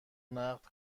نقد